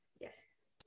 yes